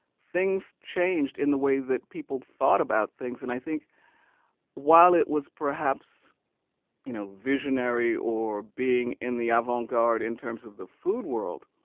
things changed in the way that people thought about things. and while it was perhaps you know visionary or being in the avant-garde in terms of the food world,